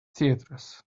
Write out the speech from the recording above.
theatres